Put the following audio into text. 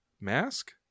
mask